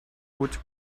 would